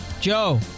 Joe